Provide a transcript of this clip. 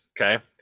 Okay